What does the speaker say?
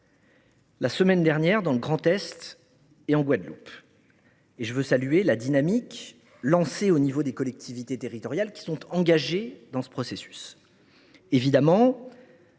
la semaine dernière dans le Grand Est et en Guadeloupe, je veux saluer la dynamique au sein des collectivités territoriales engagées dans ce processus. Évidemment,